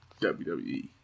WWE